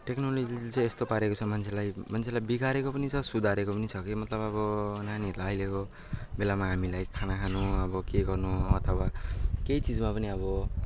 टेक्नोलोजीले चाहिँ यस्तो पारेको छ मान्छेलाई मान्छेलाई बिगारेको पनि छ सुधारेको पनि छ कि मतलब अब नानीहरूलाई अहिलेको बेलामा हामीलाई खाना खानु अब के गर्नु अथवा केही चिजमा पनि अब